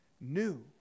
new